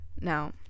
now